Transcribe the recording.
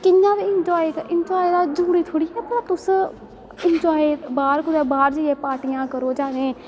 कि'यां बी इंजाए इंजाए दा जरूरी थोह्ड़ी ऐ भला तुस इंजाए बाह्र कुतै बाह्र जाइयै पर्टियां करो चाहे